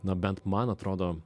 na bent man atrodo